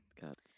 Got